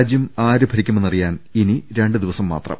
രാജ്യം ആരുഭരിക്കുമെന്നറിയാൻ ഇനി രണ്ടു ദിവസം മാത്രം